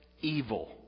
evil